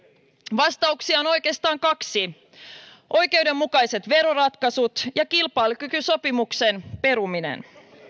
vastauksia on oikeastaan kaksi oikeudenmukaiset veroratkaisut ja kilpailukykysopimuksen peruminen